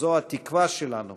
זו התקווה שלנו